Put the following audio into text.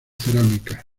cerámica